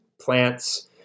plants